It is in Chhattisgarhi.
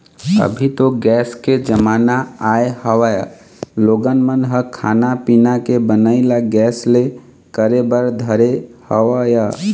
अभी तो गेस के जमाना आय हवय लोगन मन ह खाना पीना के बनई ल गेस ले करे बर धरे हवय